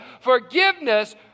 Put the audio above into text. Forgiveness